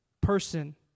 Person